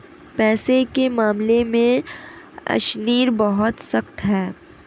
पैसे के मामले में अशनीर बहुत सख्त है